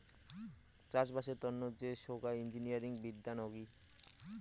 চাষবাসের তন্ন যে সোগায় ইঞ্জিনিয়ারিং বিদ্যা নাগি